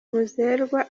muzerwa